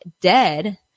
dead